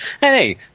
Hey